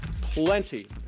plenty